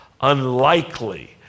unlikely